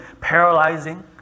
paralyzing